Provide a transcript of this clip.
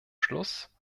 schluss